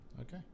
Okay